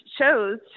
shows